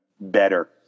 better